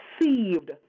received